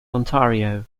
ontario